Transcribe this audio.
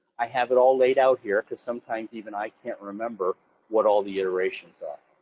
i have it all laid out here, cause sometimes even i can't remember what all the iterations are.